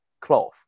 cloth